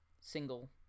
single